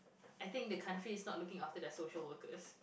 I think the country is not looking after their social workers